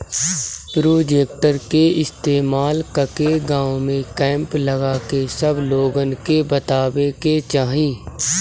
projector के इस्तेमाल कके गाँव में कैंप लगा के सब लोगन के बतावे के चाहीं